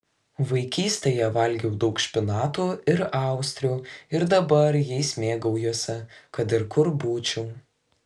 vaikystėje valgiau daug špinatų ir austrių ir dabar jais mėgaujuosi kad ir kur būčiau